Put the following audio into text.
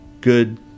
good